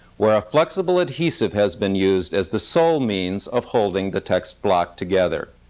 where a flexible adhesive has been used as the sole means of holding the text block together.